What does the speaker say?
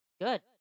Good